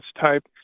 type